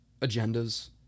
agendas